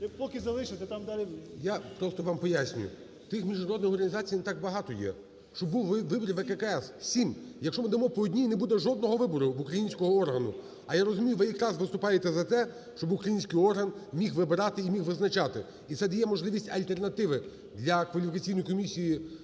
Я просто вам поясню. Тих міжнародних організацій не так багато є, щоб був вибір ВККС. Сім. Якщо ми дамо по одній, не буде жодного вибору в українського органу. А я розумію, ви якраз виступаєте за те, щоб український орган міг вибирати і міг визначати. І це дає можливість альтернативи для